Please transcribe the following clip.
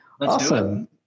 Awesome